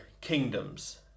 kingdoms